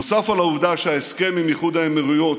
נוסף על העובדה שהסכם השלום עם איחוד האמירויות